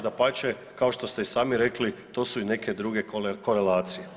Dapače, kao što ste i sami rekli to su i neke druge korelacije.